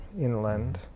inland